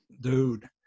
dude